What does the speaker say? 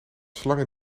slangen